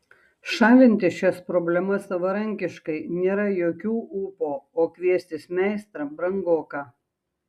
šalinti šias problemas savarankiškai nėra jokių ūpo o kviestis meistrą brangoka